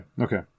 okay